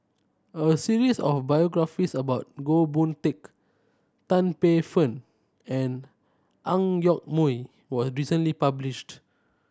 a series of biographies about Goh Boon Teck Tan Paey Fern and Ang Yoke Mooi was recently published